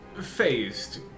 phased